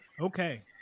okay